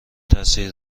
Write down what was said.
تاثیر